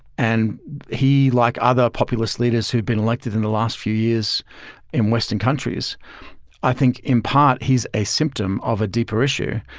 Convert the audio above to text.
and he like other populous leaders who've been elected in the last few years in western countries i think in part he's a symptom of a deeper issue.